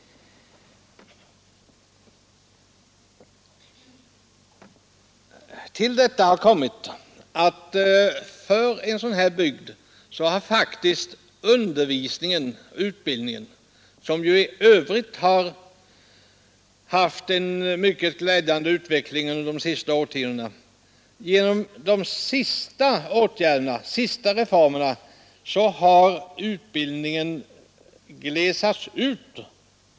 Till detta har kommit att för en sådan här bygd utbildningen — som i övrigt har haft en mycket glädjande utveckling under de senaste årtiondena faktiskt har glesats ut genom de senaste reformerna.